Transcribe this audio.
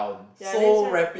ya that's why